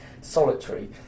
solitary